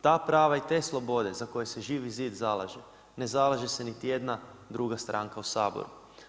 Ta prava i te slobode za koje se Živi zid zalaže, ne zalaže se niti jedna druga stranka u Saboru.